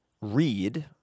read